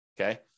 Okay